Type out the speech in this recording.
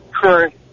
current